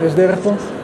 יש דרך פה?